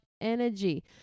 energy